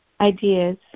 ideas